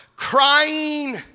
Crying